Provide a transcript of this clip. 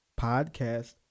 podcast